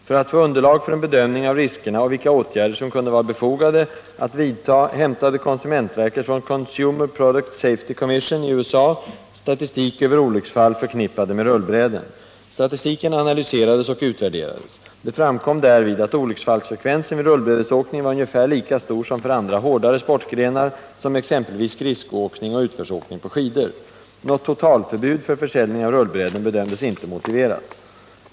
För att få underlag för en bedömning av riskerna och vilka åtgärder som kunde vara befogade att vidta hämtade konsumentverket från Consumer Product Safety Commission i USA statistik över olycksfall förknippade med rullbräden. Statistiken analyserades och utvärderades. Det framkom därvid att olycksfallsfrekvensen vid rullbrädesåkning var ungefär lika stor som för andra hårdare sportgrenar som exempelvis skridskoåkning och utförsåkning på skidor. Något totalförbud för försäljning av rullbräden bedömdes inte motiverat.